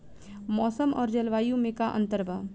मौसम और जलवायु में का अंतर बा?